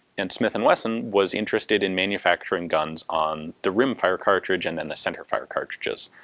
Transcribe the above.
and smith and wesson was interested in manufacturing guns on the rimfire cartridge and then the centrefire cartridges.